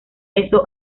eso